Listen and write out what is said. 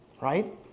right